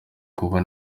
kuba